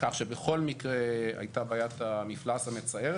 כך שבכל מקרה הייתה בעיית המפלס המצערת.